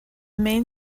main